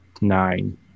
nine